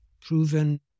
proven